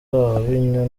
ababinywa